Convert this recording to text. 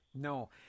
No